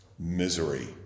Misery